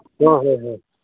ꯍꯣꯏ ꯍꯣꯏ ꯍꯣꯏ